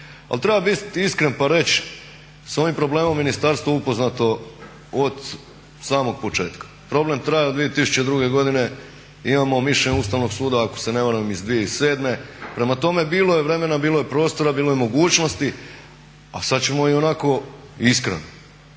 treba biti iskren pa reć s ovim problem je ministarstvo upoznato od samog početka, problem traje od 2002.godine, imamo mišljenje Ustavnog suda ako se ne varam iz 2007. Prema tome, bilo je vremena, bilo je prostora, bilo je mogućnosti a sad ćemo ionako iskreno